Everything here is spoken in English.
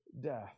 death